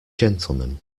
gentlemen